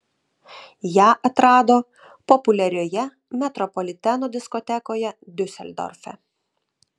ją atrado populiarioje metropoliteno diskotekoje diuseldorfe